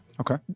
Okay